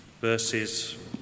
verses